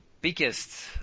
biggest